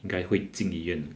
应该会进医院